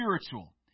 spiritual